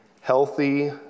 healthy